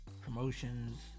promotions